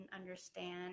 understand